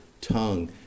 tongue